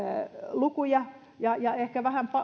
lukuja ja ja ehkä vähän